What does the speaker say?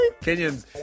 Kenyans